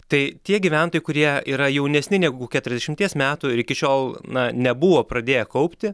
tai tie gyventojai kurie yra jaunesni negu keturiasdešimties metų ir iki šiol na nebuvo pradėję kaupti